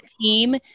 team